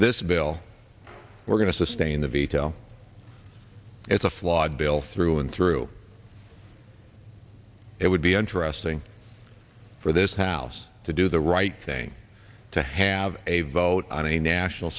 this bill we're going to sustain the veto it's a flawed bill through and through it would be interesting for this house to do the right thing to have a vote on a national